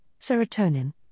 serotonin